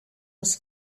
was